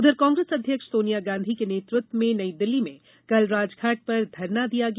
उधर कांग्रेस अध्यक्ष सोनिया गांधी के नेतृत्व में नई दिल्ली में कल राजघाट पर धरना दिया गया